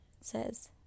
says